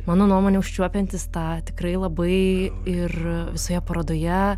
mano nuomone užčiuopiantis tą tikrai labai ir visoje parodoje